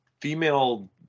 female